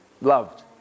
loved